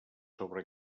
sobre